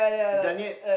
you done yet